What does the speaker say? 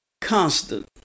constant